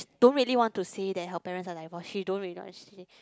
don't really want to say that her parents are like okay don't you guys